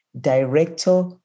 Director